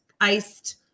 iced